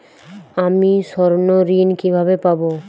আমি স্বর্ণঋণ কিভাবে পাবো?